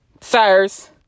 Sirs